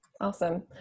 Awesome